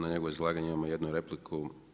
Na njegovo izlaganje imamo jednu repliku.